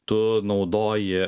tu naudoji